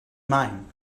mine